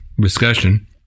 discussion